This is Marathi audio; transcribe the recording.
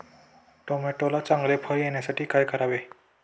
टोमॅटोला चांगले फळ येण्यासाठी काय करावे?